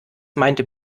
meinte